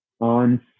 on